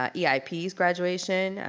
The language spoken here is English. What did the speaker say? ah yeah eip's graduation.